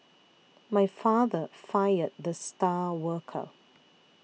my father fired the star worker